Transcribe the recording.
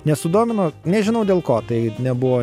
nesudomino nežinau dėl ko tai nebuvo